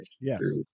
yes